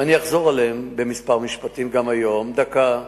ואני אחזור עליהם בכמה משפטים גם היום, דקה.